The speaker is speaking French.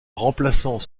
remplaçant